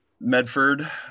Medford